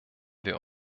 wir